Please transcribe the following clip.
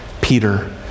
Peter